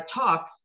talks